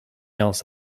else